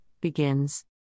begins